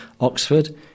Oxford